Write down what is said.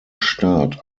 start